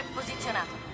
posizionato